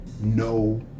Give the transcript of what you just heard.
no